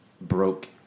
broke